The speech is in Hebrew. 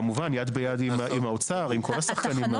כמובן יד ביד עם האוצר, עם כל השחקנים.